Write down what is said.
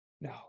No